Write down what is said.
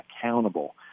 accountable